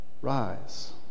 Rise